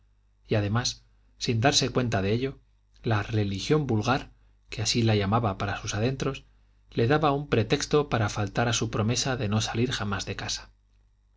y además sin darse cuenta de ello la religión vulgar que así la llamaba para sus adentros le daba un pretexto para faltar a su promesa de no salir jamás de casa